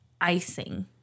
icing